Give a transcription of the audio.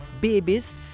babies